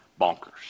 bonkers